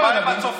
ומה עם הצופים,